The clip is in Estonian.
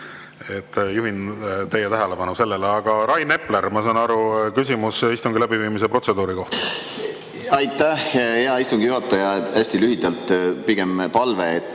Juhin teie tähelepanu sellele. Rain Epler, ma saan aru, küsimus istungi läbiviimise protseduuri kohta. Aitäh, hea istungi juhataja! Hästi lühidalt, pigem palve.